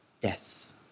death